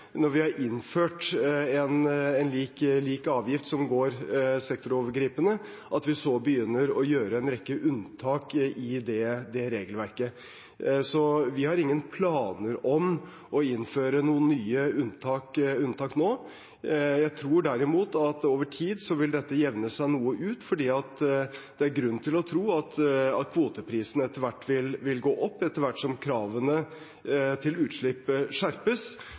når vi har innført en lik avgift som er sektorovergripende – være å begynne å gjøre en rekke unntak i det regelverket. Så vi har ingen planer om å innføre noen nye unntak nå. Jeg tror derimot at over tid vil dette jevne seg noe ut, for det er grunn til å tro at kvoteprisene vil gå opp etter hvert som kravene til utslipp skjerpes